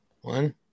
one